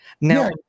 Now